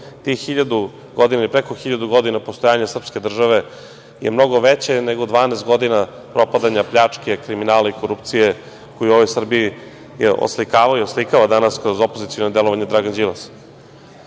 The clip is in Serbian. Tih hiljadu godina i preko hiljadu godina postojanja srpske države je mnogo veće nego 12 godina propadanja, pljačke, kriminala i korupcije koje u ovoj Srbiji oslikavaju i oslikava danas kroz opoziciono delovanje Dragan Đilas. Mnogo